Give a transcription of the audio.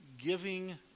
giving